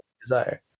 desire